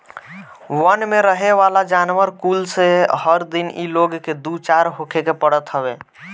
वन में रहेवाला जानवर कुल से हर दिन इ लोग के दू चार होखे के पड़त हवे